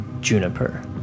Juniper